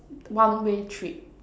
one way trip